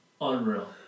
Unreal